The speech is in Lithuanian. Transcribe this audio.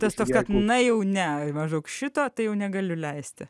tas kad na jau ne maždaug šito tai jau negaliu leisti